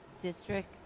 District